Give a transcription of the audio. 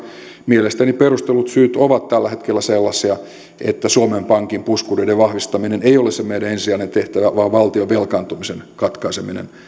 mielestäni perustellut syyt ovat tällä hetkellä sellaisia että suomen pankin puskureiden vahvistaminen ei ole se meidän ensisijainen tehtävämme vaan valtion velkaantumisen katkaiseminen